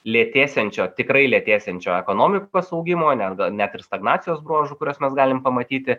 lėtėsiančio tikrai lėtėsiančio ekonomikos augimo net gal net ir stagnacijos bruožų kuriuos mes galim pamatyti